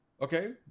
Okay